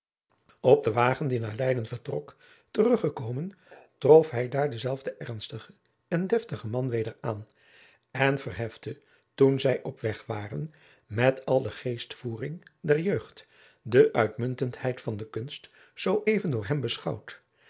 op den wagen die naar leyden vertrok teruggekomen trof hij daar denzelfden ernstigen en deftigen man weder aan en verhefte toen zij op weg waren met al de geestvervoering der jeugd de uitmuntendheid van de kunst zoo even door hem beschouwd